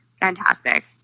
fantastic